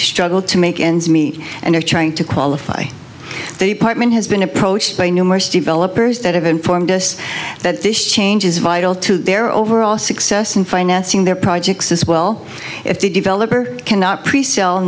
struggle to make ends meet and are trying to qualify partment has been approached by numerous developers that have informed us that this change is vital to their overall success in financing their projects as well if the developer cannot pre sell